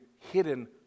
hidden